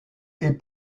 est